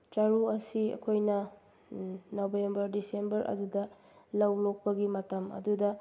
ꯆꯔꯨ ꯑꯁꯤ ꯑꯩꯈꯣꯏꯅ ꯅꯕꯦꯝꯕꯔ ꯗꯤꯁꯦꯝꯕꯔ ꯑꯗꯨꯗ ꯂꯧ ꯂꯣꯛꯄꯒꯤ ꯃꯇꯝ ꯑꯗꯨꯗ